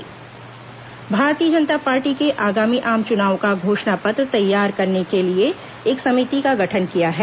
भाजपा घोषणा पत्र समिति भारतीय जनता पार्टी ने आगामी आम चुनावों का घोषणा पत्र तैयार करने के लिए एक समिति का गठन किया है